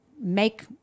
make